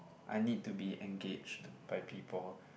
I need to be engaged by people